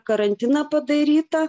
karantiną padaryta